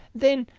then,